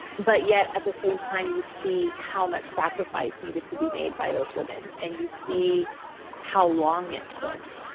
but yet, at the same time, you see how much sacrifice needed to be made by those women. and you see how long it took.